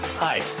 Hi